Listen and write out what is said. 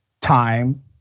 time